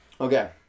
Okay